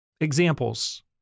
Examples